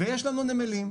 ויש לנו נמלים.